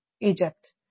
Egypt